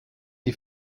die